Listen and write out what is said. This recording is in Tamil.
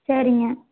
சரிங்க